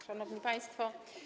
Szanowni Państwo!